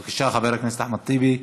בבקשה, חבר הכנסת אחמד טיבי,